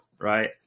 Right